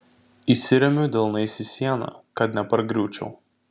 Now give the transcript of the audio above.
įsiremiu delnais į sieną kad nepargriūčiau